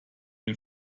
den